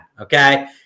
okay